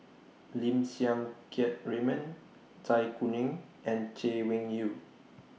Lim Siang Keat Raymond Zai Kuning and Chay Weng Yew